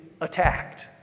attacked